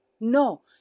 No